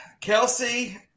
Kelsey